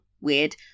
weird